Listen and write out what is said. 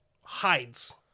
hides